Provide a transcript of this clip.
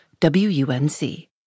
WUNC